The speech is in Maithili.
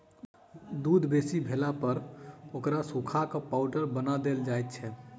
दूध बेसी भेलापर ओकरा सुखा क पाउडर बना देल जाइत छै